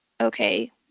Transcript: okay